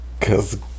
cause